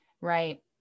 Right